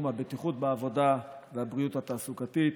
הבטיחות בעבודה והבריאות התעסוקתית.